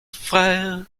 frères